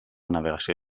navegació